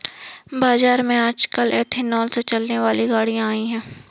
बाज़ार में आजकल एथेनॉल से चलने वाली गाड़ियां आई है